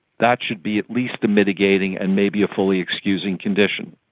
that should be at least a mitigating and maybe a fully excusing condition.